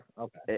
okay